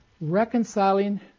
reconciling